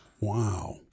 wow